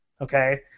okay